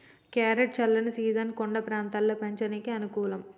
carrot చల్లని season కొండ ప్రాంతంలో పెంచనీకి అనుకూలం